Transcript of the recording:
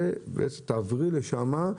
בעצם תעברי לשמה,